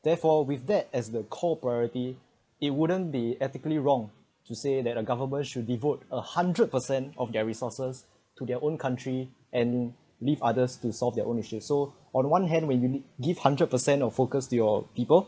therefore with that as the core priority it wouldn't be ethically wrong to say that the government should devote a hundred per cent of their resources to their own country and leave others to solve their own issue so on one hand when you give hundred per cent of focus to your people